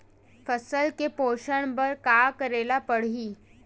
फसल के पोषण बर का करेला पढ़ही?